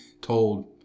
told